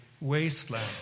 wasteland